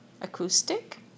acoustic